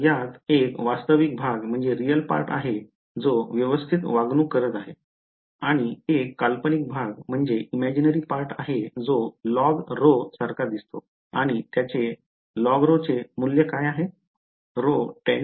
तर यात एक वास्तविक भाग आहे जो व्यवस्थित वागणूक करत आहे आणि एक काल्पनिक भाग आहे जो logρ सारखा दिसतो आणि त्याचे logρ चे मूल्य काय आहे ρ → 0